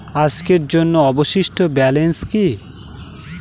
আজকের জন্য অবশিষ্ট ব্যালেন্স কি?